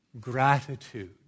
Gratitude